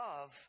love